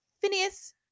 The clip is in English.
Phineas